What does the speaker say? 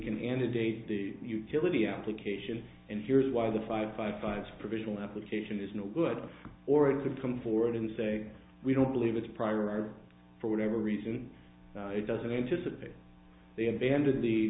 date the utility application and here's why the five five five provisional application is no good or it could come forward and say we don't believe it's prior art for whatever reason it doesn't anticipate they abandon the